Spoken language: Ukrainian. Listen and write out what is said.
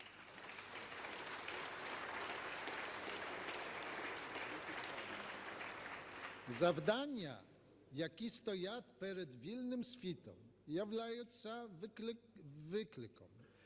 Завдання, які стоять перед вільним світом, являються викликом,